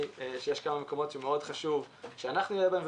יש כמה מקומות שחשוב שאנחנו נהיה בהם,